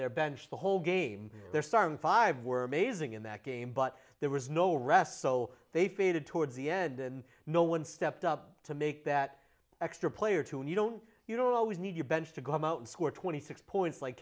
their bench the whole game their starting five were amazing in the game but there was no rest so they faded towards the end and no one stepped up to make that extra play or two and you don't you don't always need your bench to go out and score twenty six points like